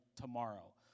tomorrow